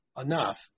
enough